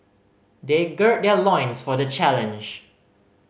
they gird their loins for the challenge